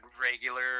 regular